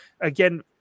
again